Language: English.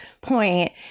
point